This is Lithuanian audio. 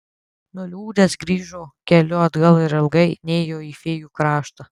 nuliūdęs grįžo keliu atgal ir ilgai nėjo į fėjų kraštą